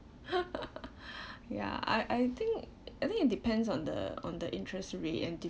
ya I I think I think it depends on the on the interest rate and